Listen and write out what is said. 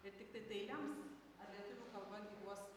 ir tai tiktai tai lems ar lietuvių kalba gyvuos